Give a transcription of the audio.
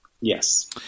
yes